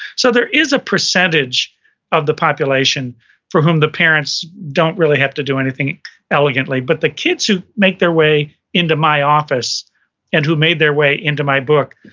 so there is a percentage of the population for whom the parents don't really have to do anything elegantly but the kids who make their way into my office and who made their way into my book,